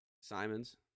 Simons